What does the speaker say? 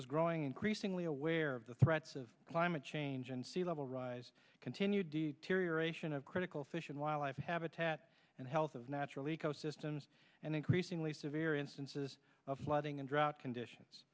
was growing increasingly aware of the threats of climate change and sea level rise continued to reraise critical fish and wildlife habitat and health of natural ecosystems and increasingly severe instances of flooding and drought conditions